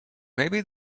maybe